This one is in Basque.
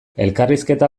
elkarrizketa